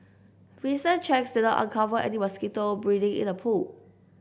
recent checks did not uncover any mosquito breeding in the pool